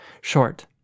short